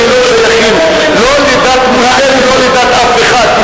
אלה לא שייכים לדת משה ולא לדת של אף אחד.